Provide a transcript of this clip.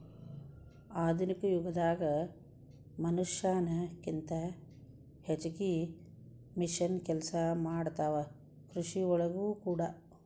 ಆಧುನಿಕ ಯುಗದಾಗ ಮನಷ್ಯಾನ ಕಿಂತ ಹೆಚಗಿ ಮಿಷನ್ ಕೆಲಸಾ ಮಾಡತಾವ ಕೃಷಿ ಒಳಗೂ ಕೂಡಾ